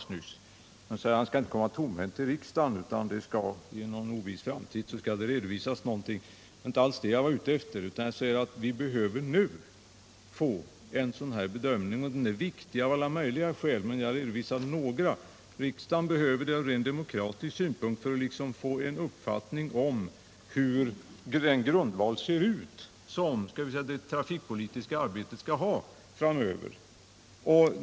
Han framhöll att han inte skall komma tomhänt till riksdagen utan att det i någon oviss framtid skulle redovisas någonting på detta område. Det var inte alls något sådant jag frågade efter. Jag säger att vi nu behöver få en bedömning. En sådan är viktig av alla möjliga skäl, och jag redovisade några. Riksdagen behöver det ur rent demokratisk synpunkt för att få en uppfattning om grundvalen för det trafikpolitiska arbetet framöver.